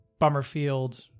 Bummerfield